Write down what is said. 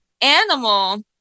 animal